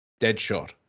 Deadshot